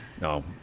no